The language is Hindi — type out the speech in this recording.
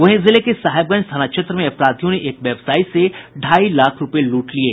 वहीं जिले के साहेबगंज थाना क्षेत्र में अपराधियों ने एक व्यवसायी से ढाई लाख रूपये लूट लिये